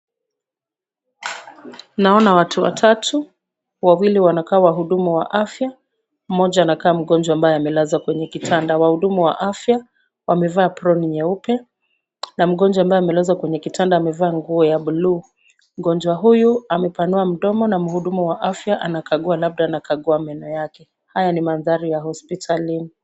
Naona watu watatu. Wawili wanakaa wahudumu wa afya, mmoja anakaa mgonjwa ambaye amelazwa kwenye kitanda. Wahudumu wa afya wamevaa aproni nyeupe na mgonjwa ambaye amelazwa kwenye kitanda amevaa nguo ya blue. Mgonjwa huyu amepanua mdomo na mhudumu wa afya anakagua labda anakagua meno yake. Haya ni mandhari ya hospitalini.